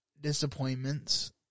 disappointments